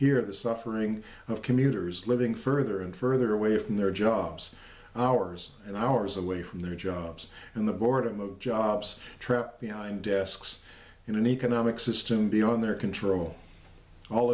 here the suffering of commuters living further and further away from their jobs hours and hours away from their jobs and the boredom of jobs trapped behind desks in an economic system beyond their control all